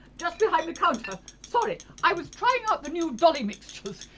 just behind the counter. sorry, i was trying out the new dolly mixtures.